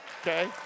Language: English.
Okay